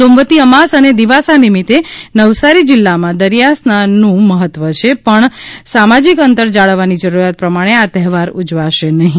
સોમવતી અમાસ અને દીવાસા નિમિત્તે નવસારી જિલ્લા માં દરિયા સ્નાન નું મહત્વ છે પણ સામાજિક અંતર જાળવવાની જરૂરિયાત પ્રમાણે આ તહેવાર ઉજવાશે નહીં